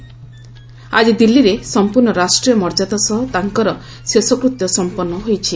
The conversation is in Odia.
ଆଜି ଦିଲ୍ଲୀରେ ସମ୍ପର୍ଷ ରାଷ୍ଟ୍ରୀୟ ମର୍ଯ୍ୟାଦା ସହ ତାଙ୍କର ଶେଷକୃତ୍ୟ ସମ୍ପନ୍ନ ହୋଇଛି